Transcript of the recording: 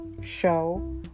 show